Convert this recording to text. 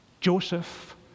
Joseph